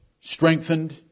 strengthened